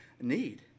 need